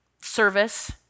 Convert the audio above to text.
service